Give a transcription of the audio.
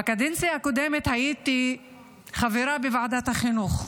בקדנציה הקודמת הייתי חברה בוועדת החינוך,